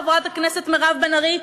חברת הכנסת מירב בן ארי,